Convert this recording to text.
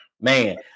man